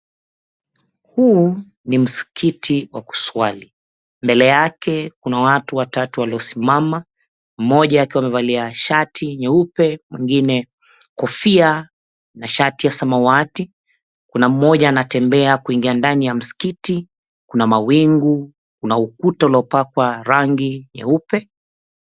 Huu ni mskiti wa kuswali, mbele yake kuna watu watatu waliosimama, mmoja akiwa amevalia shati nyeupe, mwengine kofia na shati ya samawati, kuna mmoja anatembea kuingia ndani ya mskiti, kuna mawingu, kuna ukuta uliopakwa rangi nyeupe.